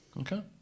Okay